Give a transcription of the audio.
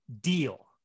deal